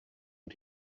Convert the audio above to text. und